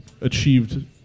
achieved –